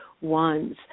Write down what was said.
ones